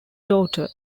daughter